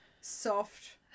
soft